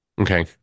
Okay